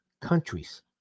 countries